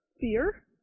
fear